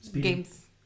games